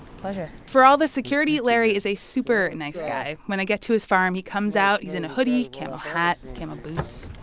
pleasure for all the security, larry is a super nice guy. when i get to his farm, he comes out. he's in a hoodie, camo hat, camo boots.